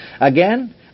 Again